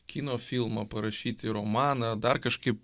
kino filmą parašyti romaną dar kažkaip